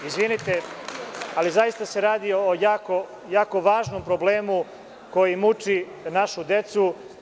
Izvinite, ali zaista se radi o jako važnom problemu koji muči našu decu.